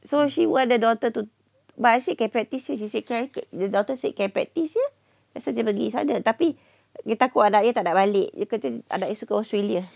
so she want the daughter to but I said can practice she said can your daughter said can practice that's why dia pergi sana tapi dia takut anak dia tak nak balik dia kata anak dia suka australia